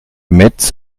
metz